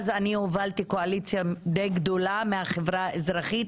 אני הובלתי קואליציה די גדולה מהחברה האזרחית